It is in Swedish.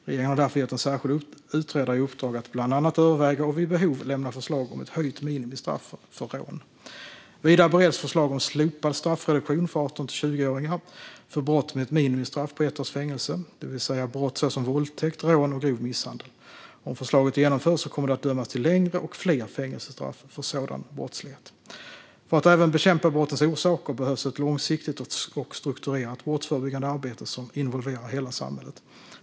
Regeringen har därför gett en särskild utredare i uppdrag att bland annat överväga och vid behov lämna förslag om ett höjt minimistraff för rån. Vidare bereds förslag om slopad straffreduktion för 18-20-åringar för brott med ett minimistraff på ett års fängelse, det vill säga brott som våldtäkt, rån och grov misshandel. Om förslaget genomförs kommer det att dömas ut längre och fler fängelsestraff för sådan brottslighet. För att även bekämpa brottens orsaker behövs ett långsiktigt och strukturerat brottsförebyggande arbete som involverar hela samhället.